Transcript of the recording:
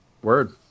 Word